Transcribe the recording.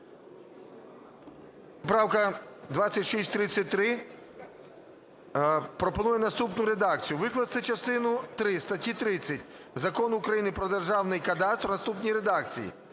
Правка 2633 пропонує наступну редакцію: "Викласти частину 3 статті 30 Закону України про Державний … кадастр в наступній редакції: